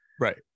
Right